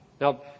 Now